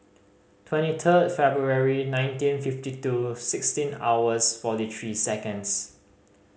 twenty third February nineteen fifty two sixteen hours forty three seconds